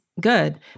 good